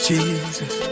Jesus